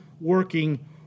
working